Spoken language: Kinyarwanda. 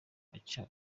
aca